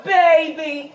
baby